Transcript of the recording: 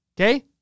Okay